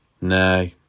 no